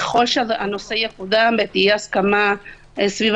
ככל שהנושא יקודם ותהיה הסכמה סביב